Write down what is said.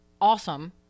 awesome